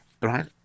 Right